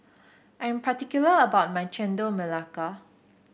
I am particular about my Chendol Melaka